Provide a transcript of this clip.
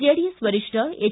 JDS ವರಿಷ್ಠ H